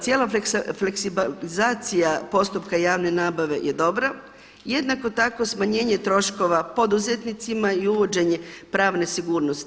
Cijela fleksibilizacija postupka javne nabave je dobra, jednako tako smanjenje troškova poduzetnicima i uvođenje pravne sigurnosti.